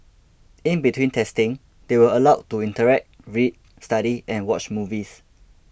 in between testing they were allowed to interact read study and watch movies